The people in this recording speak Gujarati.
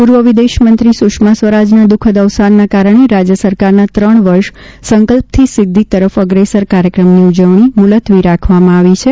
પૂર્વ વિદેશમંત્ર સુષ્મા સ્વરાજના દુઃખદ અવસાનના કારણે રાજ્ય સરકારના ત્રણ વર્ષ સંકલ્પથી સિદ્ધિ તરફ અગ્રેસર કાર્યક્રમની ઉજવણી મુલતવી રાખવામાં આવી છે